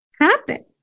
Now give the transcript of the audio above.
happen